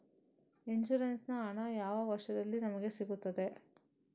Insurance ಹಣ ಯಾವ ವರ್ಷದಲ್ಲಿ ನಮಗೆ ಸಿಗುತ್ತದೆ?